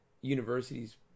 universities